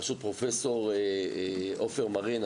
בראשות פרופ' עופר מרין,